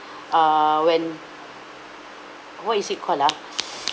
err when what is it called ah